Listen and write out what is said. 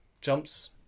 jumps